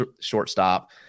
shortstop